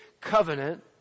covenant